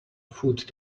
food